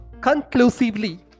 Conclusively